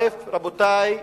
רבותי,